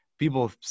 people